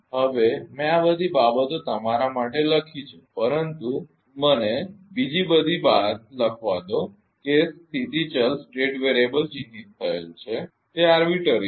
હવે મેં આ બધી બાબતો તમારા માટે લખી છે પરંતુ મને બીજી બધી વાત લખવા દો કે સ્થિતી ચલસ્ટેટ વેરિએબલ ચિહ્નિત થયેલ છે તે આરબીટ્રરી છે